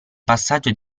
passaggio